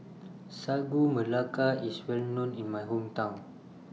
Sagu Melaka IS Well known in My Hometown